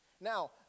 Now